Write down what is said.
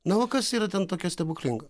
na o kas yra ten tokio stebuklingo